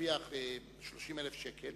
שמרוויח 30,000 שקל